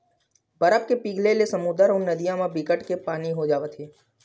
बरफ के पिघले ले समुद्दर अउ नदिया म बिकट के पानी हो जावत हे